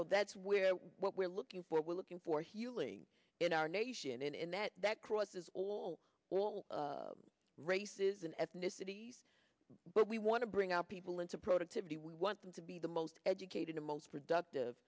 know that's where what we're looking for we're looking for healing in our nation and that that crosses all races and ethnicities but we want to bring our people into productivity we want them to be the most educated and most productive